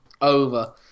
over